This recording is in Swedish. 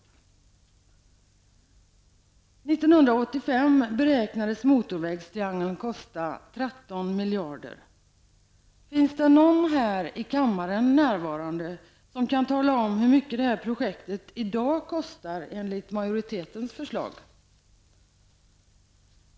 1985 beräknades Motorvägstriangeln kosta 13 miljarder. Finns det någon här i kammaren som kan tala om hur mycket projektet i dag kostar enligt majoritetens förslag?